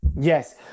Yes